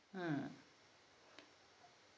mm